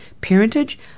parentage